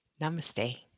namaste